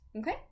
okay